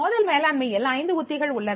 மோதல் மேலாண்மையில் ஐந்து உத்திகள் உள்ளன